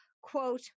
quote